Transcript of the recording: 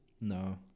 No